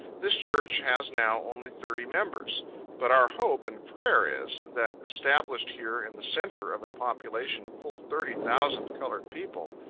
this church has now only thirty members but our hope and prayer is, that established here in the centre of a population of full thirty thousand colored people,